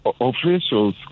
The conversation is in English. officials